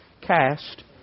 cast